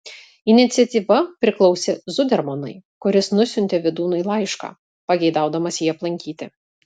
iniciatyva priklausė zudermanui kuris nusiuntė vydūnui laišką pageidaudamas jį aplankyti